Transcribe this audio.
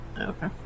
Okay